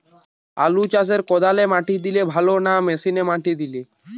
আলু চাষে কদালে মাটি দিলে ভালো না মেশিনে মাটি দিলে?